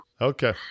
Okay